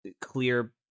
clear